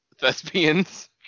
thespians